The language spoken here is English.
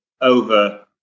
over